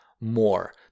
more